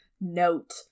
note